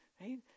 Right